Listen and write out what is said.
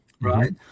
right